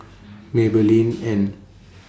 Maybelline and